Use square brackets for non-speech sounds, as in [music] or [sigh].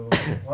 [coughs]